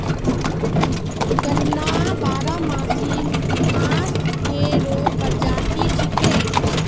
गन्ना बारहमासी घास केरो प्रजाति छिकै